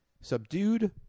subdued